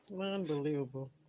unbelievable